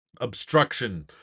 Obstruction